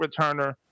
returner